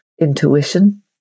intuition